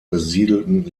besiedelten